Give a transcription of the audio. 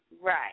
right